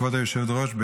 כבוד היושבת-ראש,